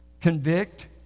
convict